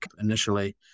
initially